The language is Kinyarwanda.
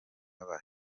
naba